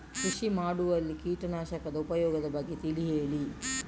ಕೃಷಿ ಮಾಡುವಲ್ಲಿ ಕೀಟನಾಶಕದ ಉಪಯೋಗದ ಬಗ್ಗೆ ತಿಳಿ ಹೇಳಿ